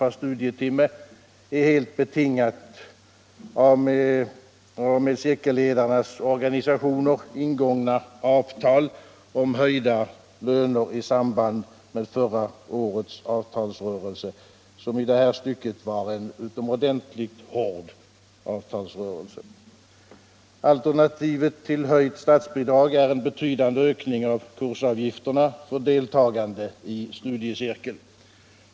per studietimme är helt be tingat av med cirkelledarnas organisationer ingångna avtal om höjda löner i samband med förra årets avtalsrörelse, som i det här stycket var utomordentligt hård. Alternativet till ett höjt statsbidrag är en betydande ökning av kursavgifterna för de deltagande i studiecirklarna.